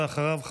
ואחריו,